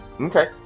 Okay